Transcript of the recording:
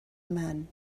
man